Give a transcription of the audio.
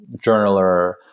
journaler